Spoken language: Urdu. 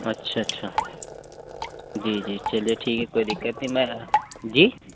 اچھا اچھا جی جی چلیے ٹھیک ہے کوئی دقت نہیں میں جی